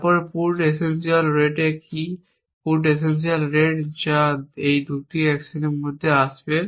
তারপর put essential rate কি put essential rate যা এই 2টি অ্যাকশনের মধ্যে আসবে